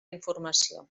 informació